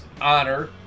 honor